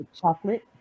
chocolate